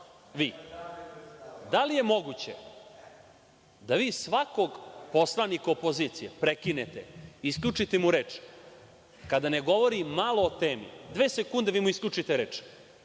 vi. Da li je moguće da svakog poslanika opozicije prekinete, isključite mu reč kada ne govori malo o temu, dve sekunde i vi mu isključite reč.